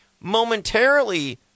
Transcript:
momentarily